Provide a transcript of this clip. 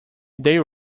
they